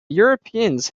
europeans